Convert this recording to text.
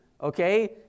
okay